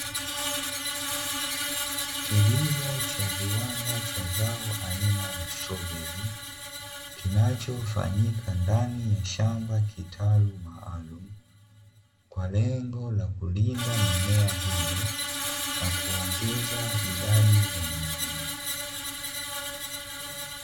Kilimo cha viwanda cha zao aina ya stroberi, kinachofanyika ndani ya shamba kitalu maalumu kwa lengo la kulinda mimea hiyo na kuongeza idadi ya mavuno.